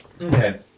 Okay